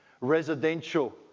residential